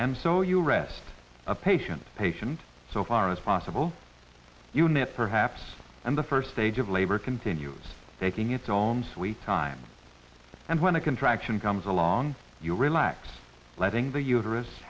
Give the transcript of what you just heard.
and so you rest a patient patient so far as possible unit perhaps and the first stage of labor continues taking its own sweet time and when a contraction comes along you relax letting the uterus